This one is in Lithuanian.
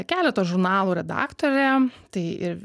keleto žurnalų redaktorė tai ir